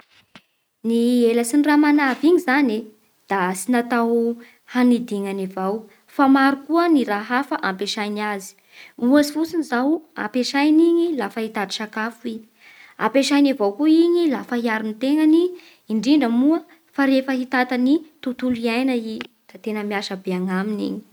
Ny elatsy ny ramanavy igny zany e da tsy natao hanidignany avao fa maro koa ny raha hafa ampiasainy azy. Ohatsy fotsiny izao ampiasainy igny lafa hitady sakafo i. Ampiasainy avao koa igny lafa hiaro ny tegnany indrindra moa fa rehefa hitata ny tontolo iaina i da tena miasa be agnaminy igny.